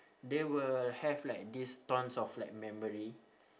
they will have like this tons of like memory